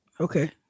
Okay